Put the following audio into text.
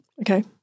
Okay